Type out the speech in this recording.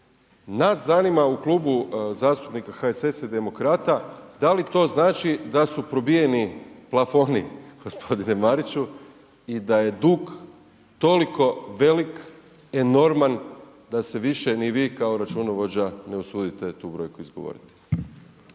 Nas zanima u Klubu zastupnika HSS-a i Demokrata da li to znači da su probijeni plafoni g. Mariću i da je dug toliko velik, enorman, da se više ni vi kao računovođa ne usudite tu brojku izgovoriti?